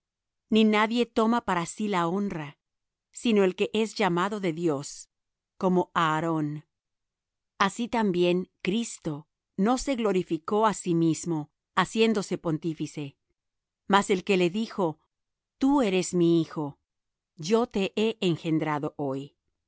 ni nadie toma para sí la honra sino el que es llamado de dios como aarón así también cristo no se glorificó á sí mismo haciéndose pontífice mas el que le dijo tú eres mi hijo yo te he engendrado hoy